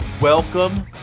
welcome